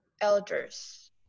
Elders